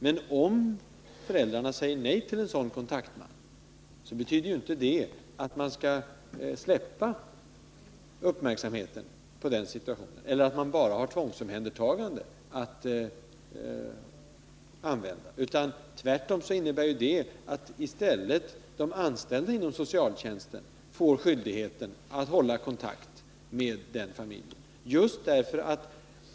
Men om föräldrarna säger nej till en sådan kontaktman betyder ju inte det att man skall släppa uppmärksamheten på situationen eller att man bara har tvångsomhändertagande att ta till. Tvärtom innebär det att de anställda inom socialtjänsten får skyldighet att hålla kontakt med den familjen.